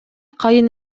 кайын